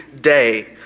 day